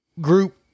group